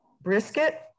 brisket